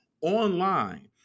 online